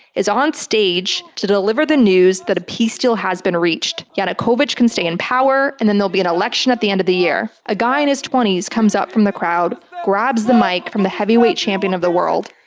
is on stage to deliver the news that a peace deal has been reached. yanukovych can stay in power, and then there'll be an election at the end of the year. a guy in his twenties comes up from the crowd, grabs the mic from the heavyweight champion of the world.